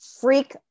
Freak